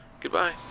Goodbye